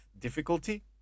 difficulty